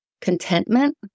contentment